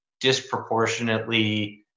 disproportionately